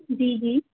जी जी